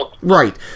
right